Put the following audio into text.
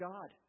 God